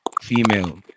female